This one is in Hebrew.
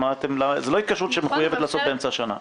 זו לא התקשרות שנעשית באמצע השנה.